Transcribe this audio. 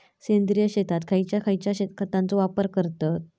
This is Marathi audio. सेंद्रिय शेतात खयच्या खयच्या खतांचो वापर करतत?